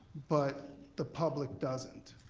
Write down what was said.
but the public doesn't.